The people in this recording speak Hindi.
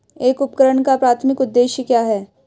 एक उपकरण का प्राथमिक उद्देश्य क्या है?